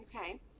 Okay